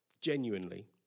genuinely